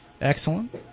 Excellent